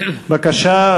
בבקשה,